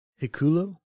Hikulo